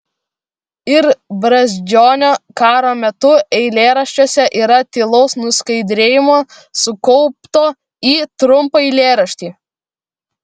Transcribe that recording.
ir brazdžionio karo metų eilėraščiuose yra tylaus nuskaidrėjimo sukaupto į trumpą eilėraštį